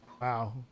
Wow